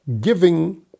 giving